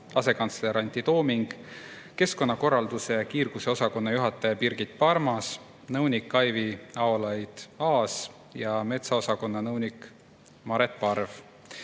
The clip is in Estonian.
asekantsler Antti Tooming, keskkonnakorralduse ja kiirguse osakonna juhataja Birgit Parmas, [sama osakonna] nõunik Aivi Aolaid-Aas ja metsaosakonna nõunik Maret Parv.